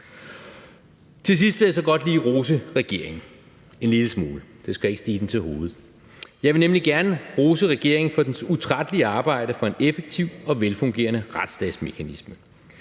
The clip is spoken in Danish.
Til sidst vil jeg så godt lige rose regeringen – en lille smule, det skal ikke stige den til hovedet. Jeg vil nemlig gerne rose regeringen for dens utrættelige arbejde for en effektiv og velfungerende retsstatsmekanisme.